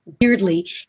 weirdly